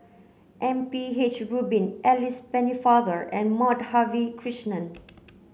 M P H Rubin Alice Pennefather and Madhavi Krishnan